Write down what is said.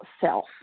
self